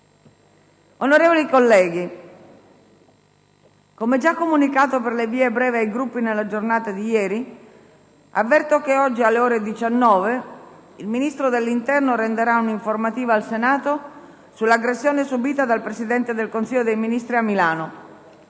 Onorevoli colleghi, come già comunicato per le vie brevi ai Gruppi nella giornata di ieri, avverto che oggi, alle ore 19, il Ministro dell'interno renderà un'informativa al Senato sull'aggressione subita dal Presidente del Consiglio dei ministri a Milano.